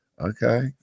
Okay